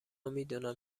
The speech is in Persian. میدونم